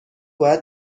باید